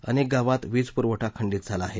अनेक गावांत वीजपुरवठा खंडित झाला आहे